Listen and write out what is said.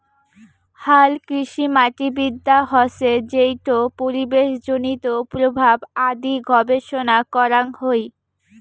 হালকৃষিমাটিবিদ্যা হসে যেইটো পরিবেশজনিত প্রভাব আদি গবেষণা করাং হই